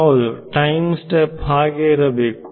ಹೌದು time step ಹಾಗೆ ಇರಬೇಕು